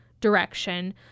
direction